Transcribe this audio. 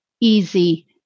easy